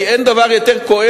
כי אין דבר יותר כואב,